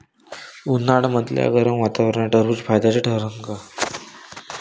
उन्हाळ्यामदल्या गरम वातावरनात टरबुज फायद्याचं ठरन का?